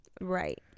Right